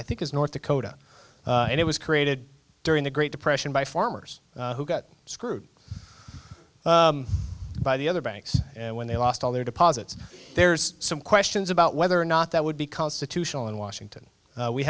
i think is north dakota and it was created during the great depression by farmers who got screwed by the other banks and when they lost all their deposits there's some questions about whether or not that would be constitutional in washington